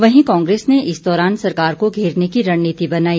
वहीं कांग्रेस ने इस दौरान सरकार को घेरने की रणनीति बनाई